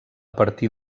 partir